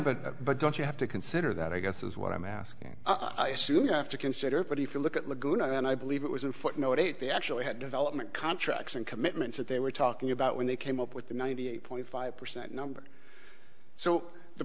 at but don't you have to consider that i guess is what i'm asking i assume you have to consider but if you look at laguna and i believe it was in footnote eight they actually had development contracts and commitments that they were talking about when they came up with the ninety eight point five percent number so the